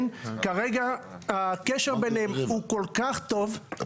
כרגע הקשר ביניהן הוא כל כך טוב עד